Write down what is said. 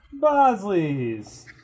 Bosley's